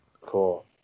Cool